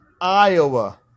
Iowa